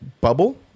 bubble